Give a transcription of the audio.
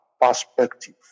perspective